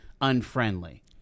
unfriendly